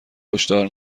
هشدار